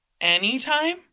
anytime